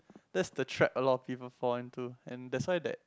that's the trap a lot of people fall into and that's why that